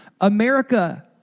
America